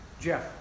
Jeff